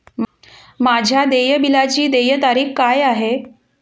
माझ्या देय बिलाची देय तारीख काय आहे?